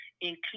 include